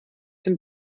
den